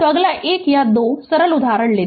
तो अगला 1 या 2 सरल उदाहरण लें